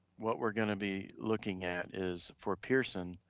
what we're gonna be looking at is for pearson,